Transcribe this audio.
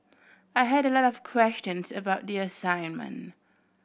I had a lot of questions about the assignment